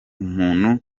muntu